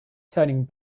turning